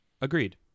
agreed